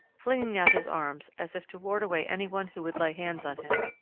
flinging out his arms as if to ward away anyone who would lay hands on him.